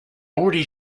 already